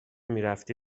میرفتی